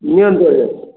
ନିଅନ୍ତୁ ଆଜ୍ଞା